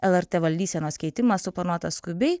lrt valdysenos keitimas suplanuotas skubiai